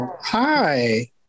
Hi